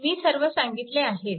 मी सर्व सांगितले आहेच